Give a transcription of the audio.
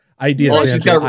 Ideas